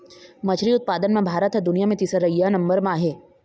मछरी उत्पादन म भारत ह दुनिया म तीसरइया नंबर म आहे